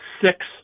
six